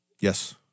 Yes